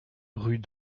rue